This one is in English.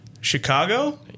Chicago